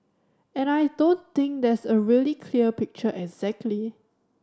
and I don't think there's a really clear picture exactly